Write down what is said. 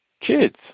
kids